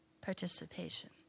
Participation